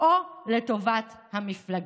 או לטובת המפלגה.